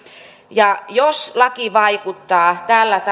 aloille jos laki vaikuttaa tällä tavalla